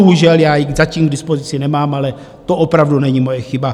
Bohužel ji zatím k dispozici nemám, ale to opravdu není moje chyba.